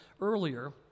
earlier